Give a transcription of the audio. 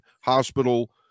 hospital